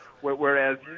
whereas